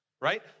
right